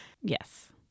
Yes